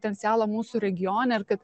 potencialo mūsų regioneir kad